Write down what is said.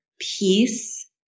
peace